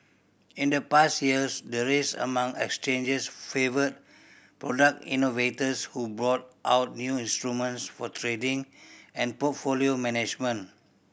in the past years the race among exchanges favoured product innovators who brought out new instruments for trading and portfolio management